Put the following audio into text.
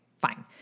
fine